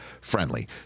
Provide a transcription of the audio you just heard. friendly